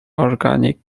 organic